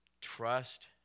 trust